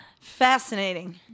Fascinating